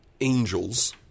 Angels